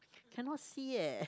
cannot see eh